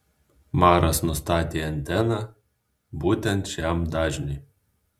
maras nustatė anteną būtent šiam dažniui